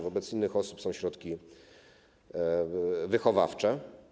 Wobec innych osób są środki wychowawcze.